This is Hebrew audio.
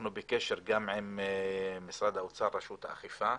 אנחנו בקשר עם משרד האוצר, רשות האכיפה.